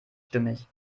stimmig